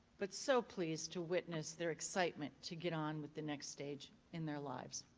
but so pleased to witness their excitement to get on with the next stage in their lives.